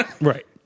Right